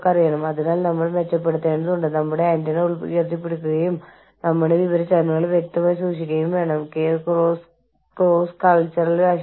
സ്വകാര്യ സ്ഥാപനങ്ങളിൽ ഇത് സംഭവിക്കുന്നു കൈമാറ്റം ചെയ്യുന്ന ഏതൊരു പണത്തെയും നിയന്ത്രിക്കുന്ന തരംതിരിക്കുന്ന കൈമാറ്റം ചെയ്യുന്ന ഏതെങ്കിലും നിയമമുണ്ടെന്ന് ഞാൻ കരുതുന്നില്ല